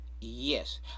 yes